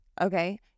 okay